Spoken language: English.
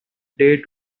day